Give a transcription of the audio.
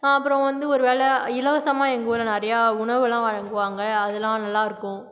அப்புறம் வந்து ஒரு வேளை இலவசமாக எங்கள் ஊரில் நிறையா உணவுலாம் வழங்குவாங்க அதுல்லாம் நல்லாயிருக்கும்